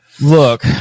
look